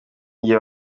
nanjye